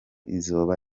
izaba